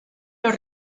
los